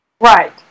Right